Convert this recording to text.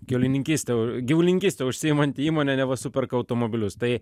kiaulininkyste gyvulininkyste užsiimanti įmonė neva superka automobilius tai